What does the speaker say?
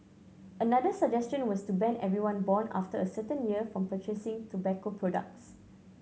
another suggestion was to ban everyone born after a certain year from purchasing tobacco products